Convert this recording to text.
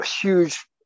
huge